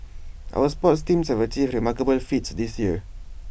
our sports teams have achieved remarkable feats this year